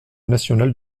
national